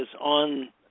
on